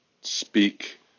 speak